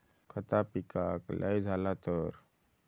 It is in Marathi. खता पिकाक लय झाला तर?